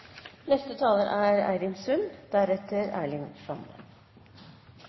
Neste taler er Erling Sande, deretter